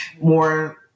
more